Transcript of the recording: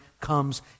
comes